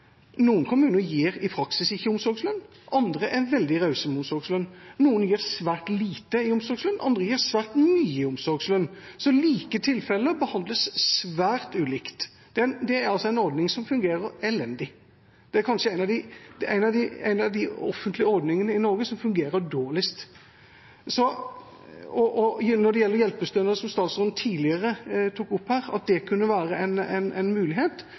noen kommuner gir i praksis ikke omsorgslønn, mens andre er veldig rause med omsorgslønn. Noen gir svært lite i omsorgslønn, andre gir svært mye i omsorgslønn. Like tilfeller behandles svært ulikt. Det er altså en ordning som fungerer elendig. Det er kanskje en av de offentlige ordningene i Norge som fungerer dårligst. Når det gjelder hjelpestønad, som statsråden tidligere tok opp her, at det kunne være en